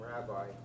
Rabbi